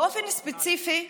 באופן ספציפי,